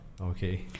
Okay